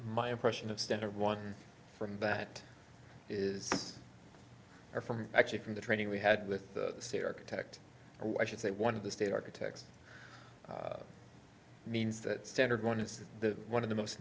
my impression of standard one from bat is or from actually from the training we had with the syrup tucked away i should say one of the state architects means that standard one of the one of the most